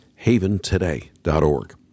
haventoday.org